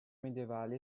medievali